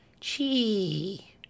Chee